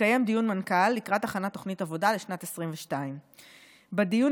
התקיים דיון מנכ"ל לקראת הכנת תוכנית עבודה לשנת 2022. בדיון